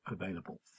available